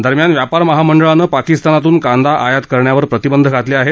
दरम्यान व्यापार महामंडळानं पाकिस्तानातून कांदा आयात करण्यावर प्रतिबंध घातले आहेत